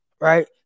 right